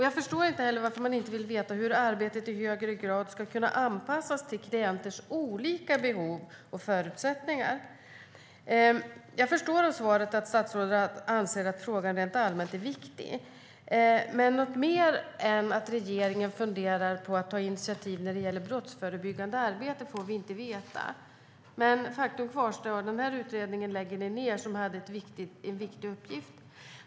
Jag förstår inte heller varför man inte vill veta hur arbetet i högre grad ska kunna anpassas till klienters olika behov och förutsättningar. Jag förstår av svaret att statsrådet anser att frågan rent allmänt är viktig. Men något mer än att regeringen funderar på att ta initiativ när det gäller brottsförebyggande arbete får vi inte veta. Faktum kvarstår: Den här utredningen, som hade en viktig uppgift, lägger ni ned.